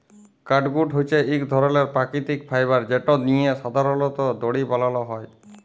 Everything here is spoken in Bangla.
ক্যাটগুট হছে ইক ধরলের পাকিতিক ফাইবার যেট দিঁয়ে সাধারলত দড়ি বালাল হ্যয়